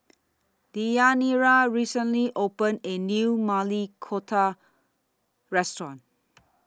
Deyanira recently opened A New Maili Kofta Restaurant